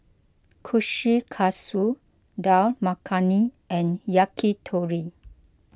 Kushikatsu Dal Makhani and Yakitori